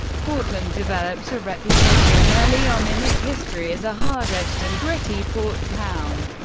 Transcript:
portland developed a reputation early on in its history as a hard-edged and gritty port town.